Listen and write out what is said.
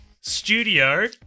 studio